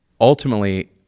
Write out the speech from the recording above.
Ultimately